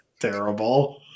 terrible